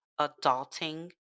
adulting